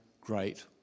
great